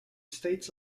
states